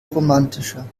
romantischer